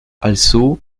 also